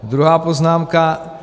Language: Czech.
Druhá poznámka.